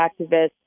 activists